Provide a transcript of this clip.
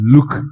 Look